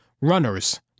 Runners